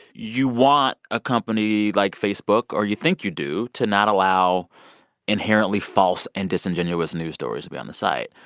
you want a company like facebook or, you think you do to not allow inherently false and disingenuous news stories to be on the site.